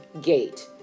Gate